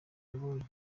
yabonye